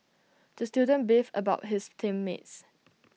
the student beefed about his team mates